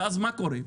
ואז מה קורה?